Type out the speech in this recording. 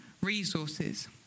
resources